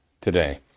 today